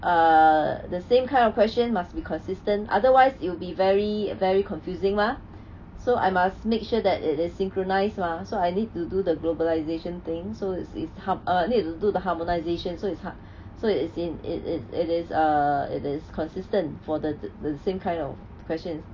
err the same kind of question must be consistent otherwise it will be very very confusing mah so I must make sure that it is synchronized mah so I need to do the globalization thing so is is ha~ err need to do the harmonisation so it's hard so it is in it it is err it is consistent for the the same kind of questions